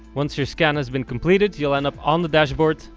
once your scan has been completed you'll end up on the dashboard.